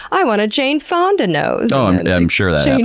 i want a jane fonda nose. um yeah, i'm sure that